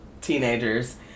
teenagers